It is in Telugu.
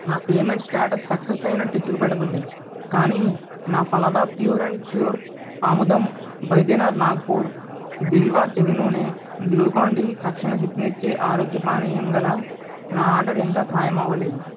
నా పేమెంట్ స్టేటస్ సక్సెస్ అయినట్టు చూపెడుతోంది కానీ నా ఫలదా ప్యూర్ అండ్ ష్యూర్ ఆముదం బైద్యనాథ్ నాగపూర్ బిల్వ చెవి నూనె గ్లూకాన్ డి తక్షణ శక్తినిచ్చే ఆరోగ్య పానీయం గల నా ఆర్డర్ ఇంకా ఖాయమవ్వలేదు